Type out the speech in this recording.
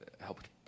helped